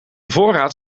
voorraad